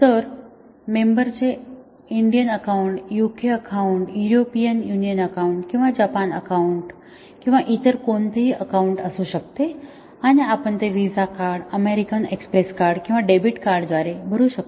तर मेंबरचे Indian account UK account European Union account किंवा जपानी अकाउंट किंवा इतर कोणतेही अकाउंट असू शकते आणि आपण ते Visa card American Express card किंवा डेबिट कार्डद्वारे भरू शकतो